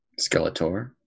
Skeletor